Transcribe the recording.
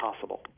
possible